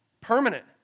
permanent